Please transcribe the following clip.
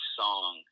song